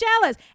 jealous